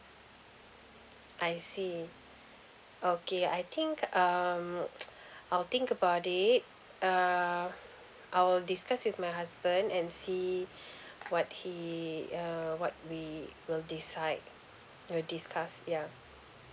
I see okay I think um I'll think about it uh I will discuss with my husband and see what he uh what we will decide we'll discuss yeah